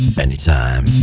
anytime